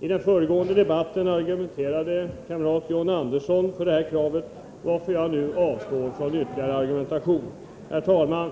I den föregående debatten argumenterade kamrat John Andersson för detta krav, varför jag nu avstår från ytterligare argumentering. Herr talman!